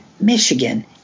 Michigan